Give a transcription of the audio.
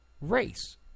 race